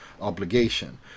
obligation